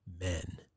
men